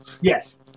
Yes